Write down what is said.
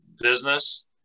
business